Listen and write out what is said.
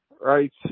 right